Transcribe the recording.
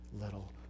little